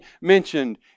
mentioned